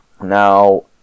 Now